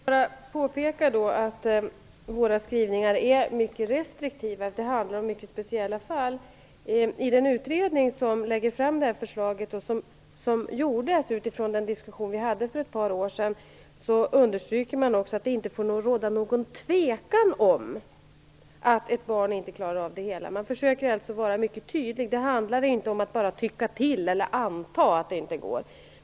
Fru talman! Jag vill bara påpeka att våra skrivningar är mycket restriktiva. Det handlar om mycket speciella fall. Den utredning som har lagt fram det här förslaget - utredningen gjordes utifrån den diskussion vi hade för ett par år sedan - understryker att det inte får råda någon tvekan om att barnet inte klarar av skolgång i grundskolan. Man försöker alltså vara mycket tydlig. Det handlar inte om att bara tycka till eller anta att det inte går.